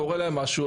קורה להם משהו,